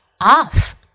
off